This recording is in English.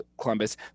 Columbus